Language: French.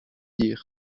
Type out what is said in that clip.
dire